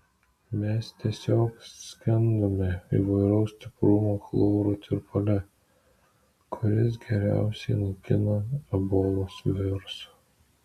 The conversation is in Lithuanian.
mes tiesiog skendome įvairaus stiprumo chloro tirpale kuris geriausiai naikina ebolos virusą